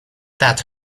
that